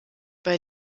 bei